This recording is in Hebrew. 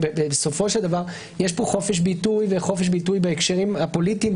בסופו של דבר יש פה חופש ביטוי וחופש ביטוי בהקשרים הפוליטיים,